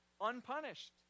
unpunished